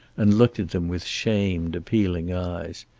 and looked at them with shamed, appealing eyes.